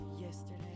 Yesterday